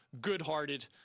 good-hearted